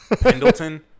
Pendleton